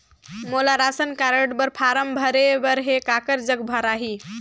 मोला ration card बर form भरे बर हे काकर जग भराही?